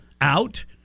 out